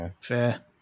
Fair